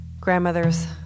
Grandmothers